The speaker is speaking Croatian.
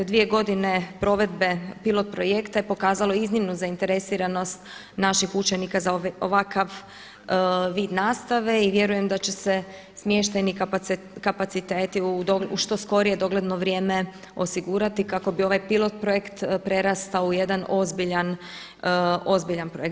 Dvije godine provedbe pilot projekta je pokazalo iznimnu zainteresiranost naših učenika za ovakav vid nastave i vjerujem da će se smještajni kapaciteti u što skorije dogledno vrijeme osigurati kako bi ovaj pilot projekt prerastao u jedan ozbiljan projekt.